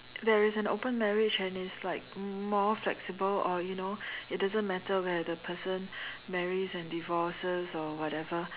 there is an open marriage and it's like more flexible or you know it doesn't matter whether the person marries and divorces or whatever